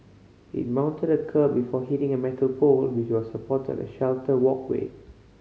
it mounted a kerb before hitting a metal pole which was supporting a sheltered walkway